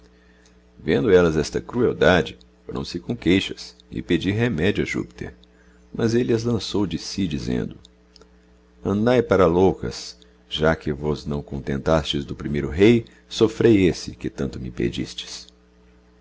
vendo ellas esta crueldade forão se com queixas e pedir remédio a júpiter mas elle as lançou de si dizendo f de esopo andai para loucas já que vos não contentastes do primeiro hei soffrei esse que tanto me pedistes